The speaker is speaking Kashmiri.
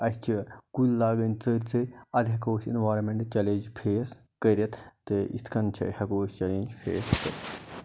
اَسہِ چھِ کُلۍ لاگٕنۍ ژٔرۍ ژٔرۍ اَدٕ ہٮ۪کو أسۍ اِنوارَمٮ۪نٛٹ چٮ۪لینٛج فیس کٔرِتھ تہٕ یِتھ کٔن چھِ ہٮ۪کو أسۍ چٮ۪لینٛج فیس کٔرِتھ